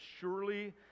surely